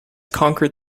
conquered